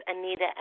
Anita